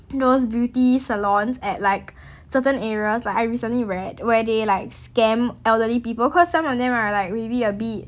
those beauty salons at like certain areas like I recently read where they like scam elderly people because some of them are like maybe a bit